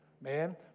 man